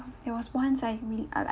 there was once I really uh like